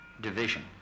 division